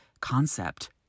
concept